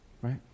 Right